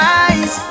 eyes